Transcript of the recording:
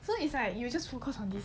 so it's like you just focused on this